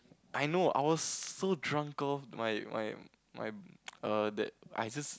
I know I was so drunk off my my my err that I just